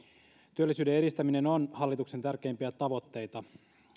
työllisyyden edistäminen on hallituksen tärkeimpiä tavoitteita